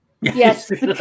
Yes